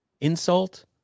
insult